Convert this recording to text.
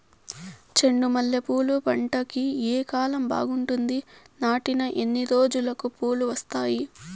చెండు మల్లె పూలు పంట కి ఏ కాలం బాగుంటుంది నాటిన ఎన్ని రోజులకు పూలు వస్తాయి